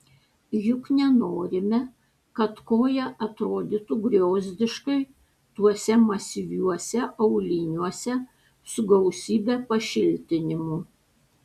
juk nenorime kad koja atrodytų griozdiškai tuose masyviuose auliniuose su gausybe pašiltinimų